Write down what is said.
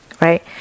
right